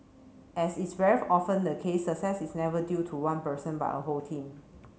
as is very often the case success is never due to one person but a whole team